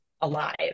alive